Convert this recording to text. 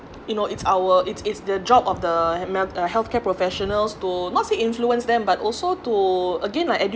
you know it's our it's it's the job of the melt uh healthcare professionals to not say influence them but also to again like